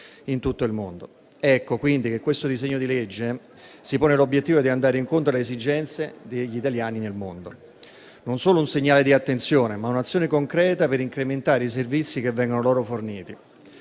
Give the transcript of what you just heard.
in tutto il mondo. Ecco quindi che il disegno di legge al nostro esame si pone l'obiettivo di andare incontro alle esigenze degli italiani nel mondo, non solo con un segnale di attenzione, ma con un'azione concreta per incrementare i servizi che vengono loro forniti.